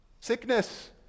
sickness